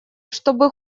чтобы